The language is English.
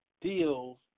deals